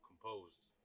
composed